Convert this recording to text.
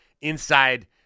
inside